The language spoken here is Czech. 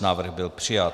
Návrh byl přijat.